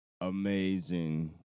amazing